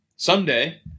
Someday